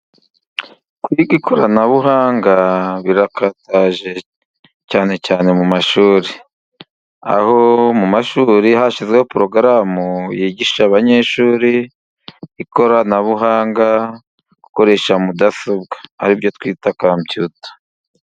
Kwiga ikoranabuhanga birakataje cyane cyane mu mashuri aho mu mashuri hashyizweho porogaramu yigisha abanyeshuri ikoranabuhanga gukoresha mudasobwa aribyo twita kompiyuta.